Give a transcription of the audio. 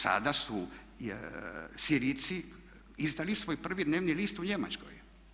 Sada su Sirijci izdali svoj prvi dnevni list u Njemačkoj.